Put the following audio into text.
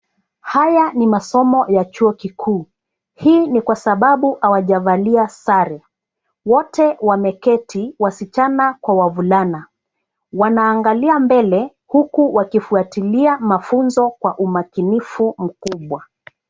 Haya ni masomo ya chuo kikuu. Hii ni kwa sababu hawajavalia sare. Wote wameketi wasichana kwa wavulana. Wanaangalia mbele huku wakifuatilia mafunzo kwa umakinifu mkubwa.